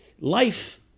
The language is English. Life